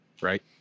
right